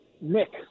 Nick